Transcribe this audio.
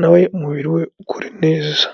nawe umubiri we ukora neza.